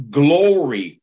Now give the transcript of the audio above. glory